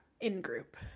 in-group